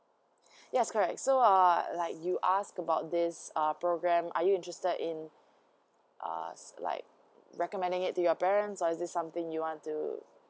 yes correct so err like you ask about this uh program are you interested in uh like recommending it to your parents or is it something you want to